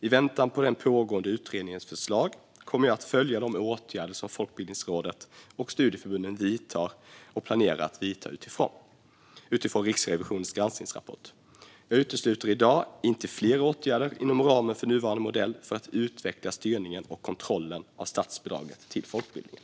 I väntan på den pågående utredningens förslag kommer jag att följa de åtgärder som Folkbildningsrådet och studieförbunden vidtar och planerar att vidta utifrån Riksrevisionens granskningsrapport. Jag utesluter i dag inte fler åtgärder inom ramen för nuvarande modell för att utveckla styrningen och kontrollen av statsbidraget till folkbildningen.